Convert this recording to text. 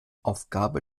aufgabe